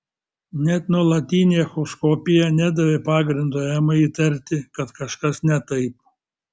net nuolatinė echoskopija nedavė pagrindo emai įtarti kad kažkas ne taip